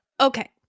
Okay